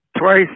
twice